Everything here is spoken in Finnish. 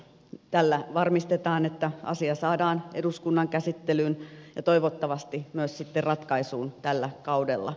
tällä varmistetaan että asia saadaan eduskunnan käsittelyyn ja toivottavasti myös sitten ratkaisuun tällä kaudella